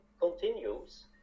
continues